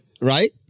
Right